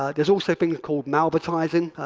ah there's also thing called malvertising,